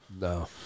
No